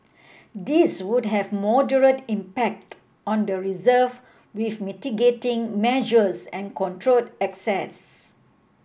these would have moderate impact on the reserve with mitigating measures and controlled access